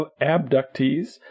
abductees